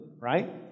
right